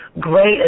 great